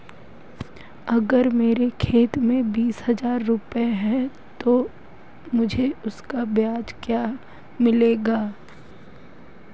अगर मेरे खाते में बीस हज़ार रुपये हैं तो मुझे उसका ब्याज क्या मिलेगा?